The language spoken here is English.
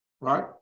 right